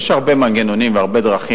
יש הרבה מנגנונים והרבה דרכים.